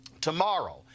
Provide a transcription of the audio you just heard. tomorrow